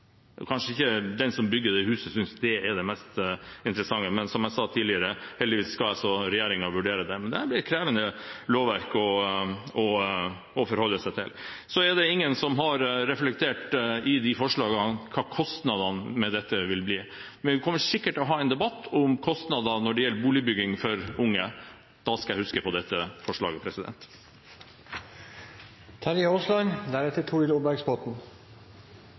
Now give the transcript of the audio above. Den som bygger det huset, synes kanskje ikke det er det mest interessante, men som jeg sa tidligere, heldigvis skal regjeringen vurdere det. Men det er et krevende lovverk å forholde seg til. Ingen har i disse forslagene reflektert over hva kostnadene med dette vil bli, men vi kommer sikkert til å ha en debatt om kostnadene når det gjelder boligbygging for unge. Da skal jeg huske på dette forslaget.